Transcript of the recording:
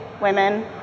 women